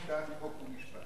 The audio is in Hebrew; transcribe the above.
חוקה, חוק ומשפט.